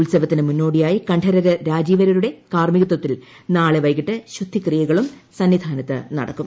ഉത്സവത്തിന് മുന്നോടിയായി കണ്ഠരര് രാജീവരുടെ കാർമ്മികത്വത്തിൽ നാളെ വൈകിട്ട് ശുദ്ധി ക്രിയകളും സന്നിധാനത്ത് നടക്കും